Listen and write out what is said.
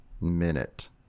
Minute